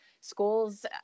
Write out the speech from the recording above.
Schools